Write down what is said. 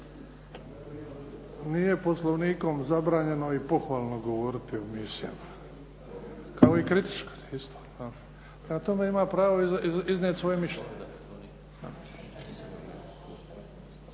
Nije Poslovnikom zabranjeno i pohvalno govoriti o misijama, kao i kritički isto. Jel? Prema tome, ima pravo iznijeti svoje mišljenje.